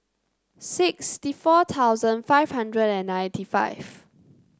sixty four thousand five hundred and ninety five